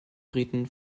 briten